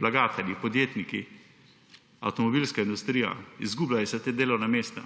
vlagatelji, podjetniki, avtomobilska industrija, izgubljajo se ta delovna mesta.